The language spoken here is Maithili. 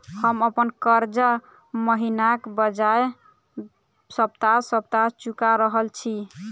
हम अप्पन कर्जा महिनाक बजाय सप्ताह सप्ताह चुका रहल छि